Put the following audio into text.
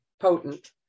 potent